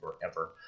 forever